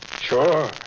Sure